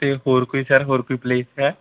ਅਤੇ ਹੋਰ ਕੋਈ ਸਰ ਹੋਰ ਕੋਈ ਪਲੇਸ ਹੈ